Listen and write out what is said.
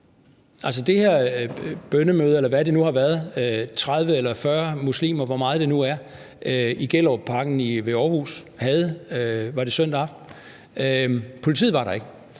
Altså, ved det her bønnemøde, eller hvad det nu har været, 30 eller 40 muslimer, eller hvor meget det nu er, i Gellerupparken ved Århus – var det søndag aften? – var politiet der ikke,